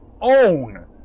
OWN